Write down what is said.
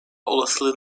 olasılığı